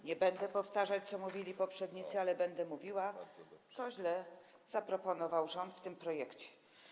Nie będę powtarzać tego, co mówili poprzednicy, ale będę mówiła, co źle zaproponował rząd w tym projekcie.